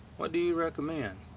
what do you recommend?